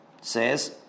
says